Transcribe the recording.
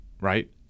right